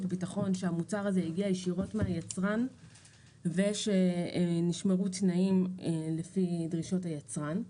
ביטחון שהמוצר הזה הגיע ישירות מהיצרן ושנשמרו תנאים לפי דרישות היצרן.